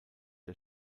der